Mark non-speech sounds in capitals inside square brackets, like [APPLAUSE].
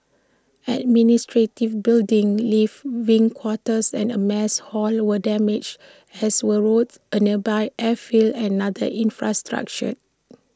administrative buildings live [UNINTELLIGIBLE] quarters and A mess hall were damaged as were roads A nearby airfield and other infrastructure